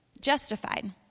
justified